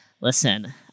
listen